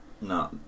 No